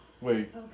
Wait